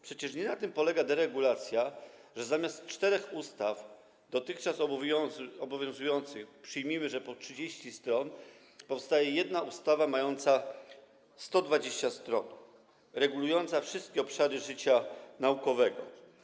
Przecież nie na tym polega deregulacja, że zamiast czterech ustaw dotychczas obowiązujących, przyjmijmy, że po 30 stron, powstaje jedna ustawa mająca 120 stron, która reguluje wszystkie obszary życia naukowego.